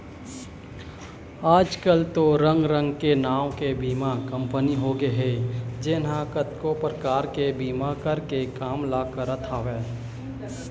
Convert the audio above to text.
आजकल तो रंग रंग के नांव के बीमा कंपनी होगे हे जेन ह कतको परकार के बीमा करे के काम ल करत हवय